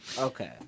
Okay